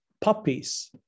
puppies